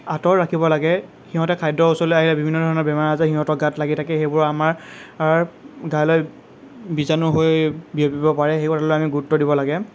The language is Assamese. আঁতৰ ৰাখিব লাগে সিহঁতে খাদ্যৰ ওচৰলৈ আহিলে বিভিন্ন ধৰণৰ বেমাৰ আজাৰ সিহঁতৰ গাত লাগি থাকে সেইবোৰ আমাৰ গালৈ বীজাণু হৈ বিয়পিব পাৰে সেই কথাটোলৈ আমি গুৰুত্ব দিব লাগে